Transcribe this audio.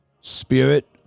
Spirit